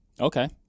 Okay